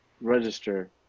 register